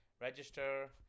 register